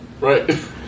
Right